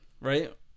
right